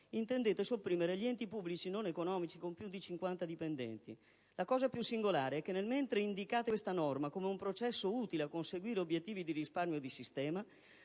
intendete sopprimere gli enti pubblici non economici con più di 50 dipendenti. L'aspetto più singolare è che, mentre indicate questa norma come un processo utile a conseguire obiettivi di risparmio di sistema,